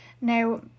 now